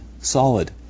solid